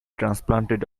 transplanted